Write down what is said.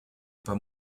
pas